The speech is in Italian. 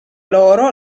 loro